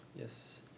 Yes